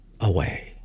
away